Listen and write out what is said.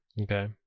Okay